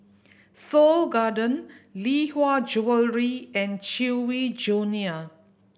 Seoul Garden Lee Hwa Jewellery and Chewy Junior